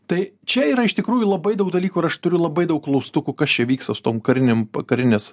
tai čia yra iš tikrųjų labai daug dalykų ir aš turiu labai daug klaustukų kas čia vyksta su tom karinėm pa karinės